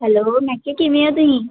hello ਮੈਂ ਕਿਹਾ ਕਿਵੇਂ ਹੋ ਤੁਸੀਂ